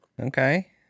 Okay